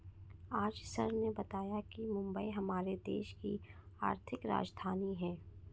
आज सर ने बताया कि मुंबई हमारे देश की आर्थिक राजधानी है